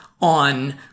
on